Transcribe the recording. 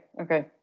okay